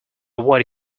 avoid